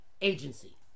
agency